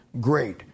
great